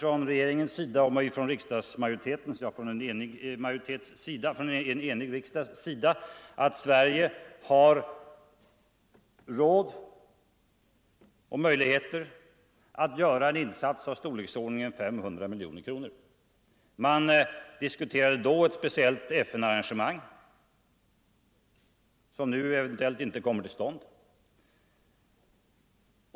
Regeringen och en enig riksdag har sagt att Sverige har råd och möjligheter att ge bidrag i storleksordningen 500 miljoner kronor. Man diskuterade då ett speciellt FN-arrangemang, som nu eventuellt inte kommer till stånd.